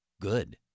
good